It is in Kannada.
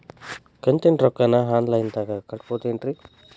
ಕಂತಿನ ರೊಕ್ಕನ ಆನ್ಲೈನ್ ದಾಗ ಕಟ್ಟಬಹುದೇನ್ರಿ?